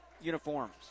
uniforms